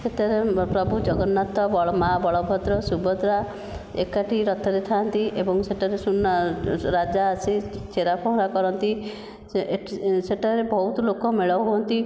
ସେଥିରେ ପ୍ରଭୁ ଜଗନ୍ନାଥ ମା ବଳଭଦ୍ର ସୁଭଦ୍ରା ଏକାଠି ରଥରେ ଥାନ୍ତି ଏବଂ ସେଠାରେ ସୁନା ରାଜା ଆସି ଛେରା ପହଁରା କରନ୍ତି ସେଠାରେ ବହୁତ ଲୋକ ମେଳ ହୁଅନ୍ତି